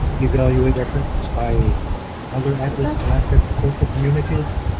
evaluate efforts by other at-risk alaska coastal communities